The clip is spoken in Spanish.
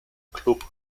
club